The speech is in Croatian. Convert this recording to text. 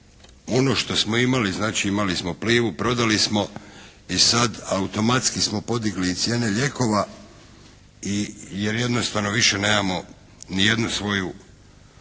ono što smo imali, znači imali smo "Plivu", prodali smo i sad automatski smo podigli i cijene lijekova, jer jednostavno više nemamo ni jednu svoju